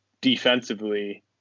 defensively